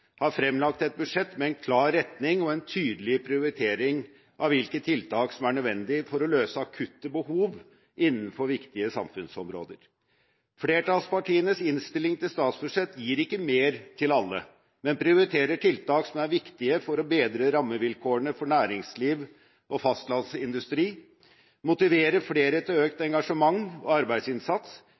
har fremlagt et budsjett med en klar retning og en tydelig prioritering av hvilke tiltak som er nødvendige for å møte akutte behov innenfor viktige samfunnsområder. Flertallspartienes innstilling til statsbudsjett gir ikke mer til alle, men prioriterer tiltak som er viktige for å bedre rammevilkårene for næringsliv og fastlandsindustri, motivere flere til økt engasjement og arbeidsinnsats,